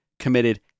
committed